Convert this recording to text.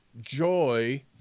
joy